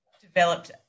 developed